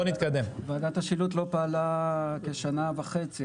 ועדת השילוט הממשלתית לא פעלה שנה וחצי,